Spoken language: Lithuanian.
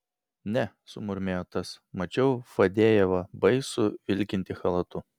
ne sumurmėjo tas mačiau fadejevą baisų vilkintį chalatu